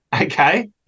okay